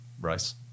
race